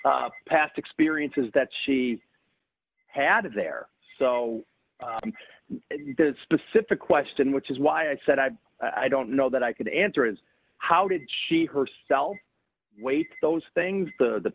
past experiences that she had there so that specific question which is why i said i i don't know that i could answer is how did she herself wait those things the